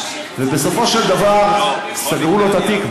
בסופו של דבר סגרו לו את התיק.